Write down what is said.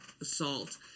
assault